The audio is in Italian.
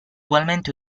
ugualmente